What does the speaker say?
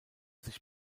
sich